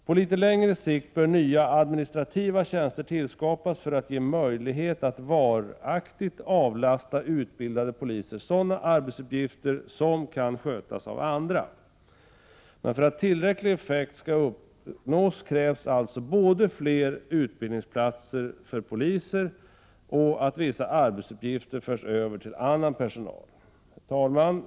På litet längre sikt bör nya administrativa tjänster tillskapas för att ge möjlighet att varaktigt avlasta utbildade poliser sådana arbetsuppgifter som kan skötas av andra. Men för att tillräcklig effekt skall uppnås krävs alltså både fler utbildningsplatser för poliser och att vissa arbetsuppgifter förs över till annan personal. Herr talman!